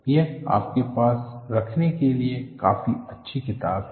यह आपके पास रखने के लिए काफी अच्छी किताब है